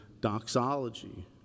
doxology